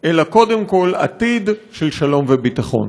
אלא קודם כול עתיד של שלום וביטחון.